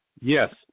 Yes